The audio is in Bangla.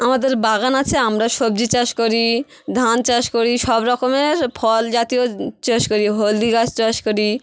আমাদের বাগান আছে আমরা সবজি চাষ করি ধান চাষ করি সব রকমের ফল জাতীয় চাষ করি হলদি গাছ চাষ করি